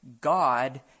God